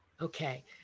Okay